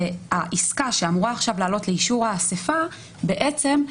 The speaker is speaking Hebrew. והעסקה שאמורה עכשיו לעלות לאישור האספה, בעצם,